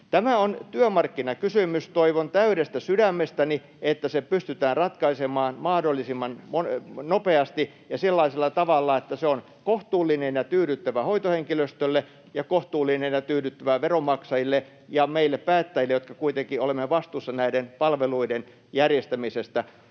Tämä on työmarkkinakysymys. Toivon täydestä sydämestäni, että se pystytään ratkaisemaan mahdollisimman nopeasti ja sellaisella tavalla, että se on kohtuullinen ja tyydyttävä hoitohenkilöstölle ja kohtuullinen ja tyydyttävä veronmaksajille ja meille päättäjille, jotka kuitenkin olemme vastuussa näiden palveluiden järjestämisestä.